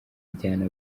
ijyana